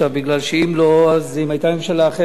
כי אם היתה ממשלה אחרת,